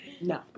No